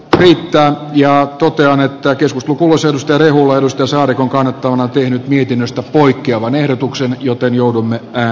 brittan ja totean että keskustelu kuusen ostorehulla mustasaari jonka nettona tehnyt mietinnöstä poikkeavan ehdotuksen joten joudumme että